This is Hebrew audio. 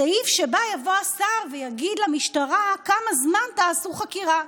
סעיף שבו יבוא השר ויגיד למשטרה בכמה זמן יעשו חקירה: